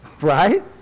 Right